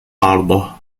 عرضه